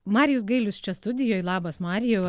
marijus gailius čia studijoj labas marijau